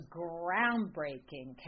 groundbreaking